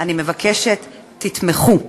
אני מבקשת, תתמכו.